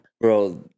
Bro